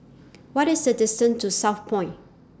What IS The distance to Southpoint